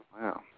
Wow